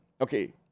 Okay